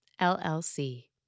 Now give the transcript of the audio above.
LLC